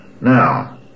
Now